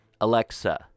Alexa